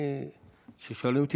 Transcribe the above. כששואלים אותי,